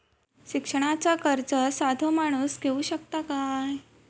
शिक्षणाचा कर्ज साधो माणूस घेऊ शकता काय?